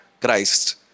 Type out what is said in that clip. Christ